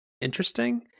interesting